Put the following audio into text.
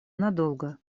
надолго